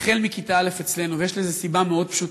החל מכיתה א' אצלנו, ויש לזה סיבה מאוד פשוטה,